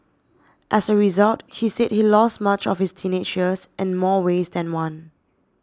as a result he say he lost much of his teenages in more ways than one